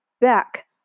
back